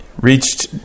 reached